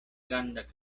granda